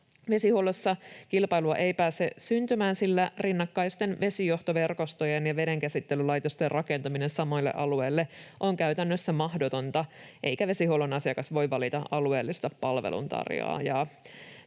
Vesihuollossa kilpailua ei pääse syntymään, sillä rinnakkaisten vesijohtoverkostojen ja vedenkäsittelylaitosten rakentaminen samoille alueille on käytännössä mahdotonta eikä vesihuollon asiakas voi valita alueellista palveluntarjoajaa.